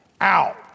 out